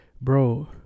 bro